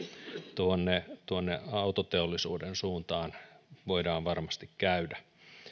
tuonne tuonne autoteollisuuden suuntaan voidaan varmasti käydä